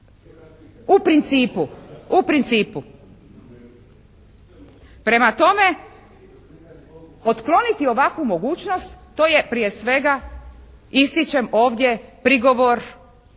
u principu. Prema tome otkloniti ovakvu mogućnost to je prije svega ističem ovdje, prigovor